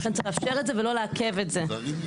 ולכן צריך לאפשר את זה ולא לעכב את זה מבחינתנו.